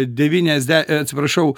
devyniasde a atsiprašau